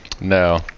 No